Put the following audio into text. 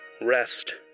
Rest